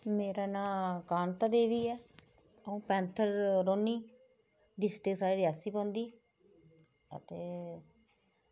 मेरे नांऽ कान्ता देवी ऐ अ'ऊं पैंथल रौह्न्नीं डिस्ट्रिक साढ़ी रियासी पौंदी अते